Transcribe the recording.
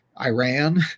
Iran